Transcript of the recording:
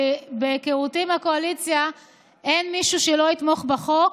כי מהיכרותי את הקואליציה אין מישהו שלא יתמוך בחוק.